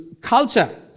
culture